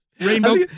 Rainbow